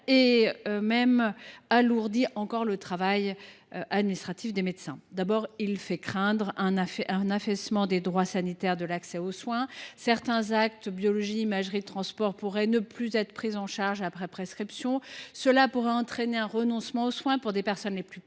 tout en alourdissant encore le travail administratif des médecins. D’abord, il fait craindre un affaissement des droits sanitaires et de l’accès aux soins. Certains actes de biologie, d’imagerie ou de transport pourraient ne plus être pris en charge après prescription, ce qui pourrait entraîner un renoncement aux soins pour les personnes les plus précaires,